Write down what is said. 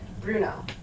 Bruno